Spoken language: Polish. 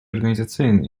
organizacyjnych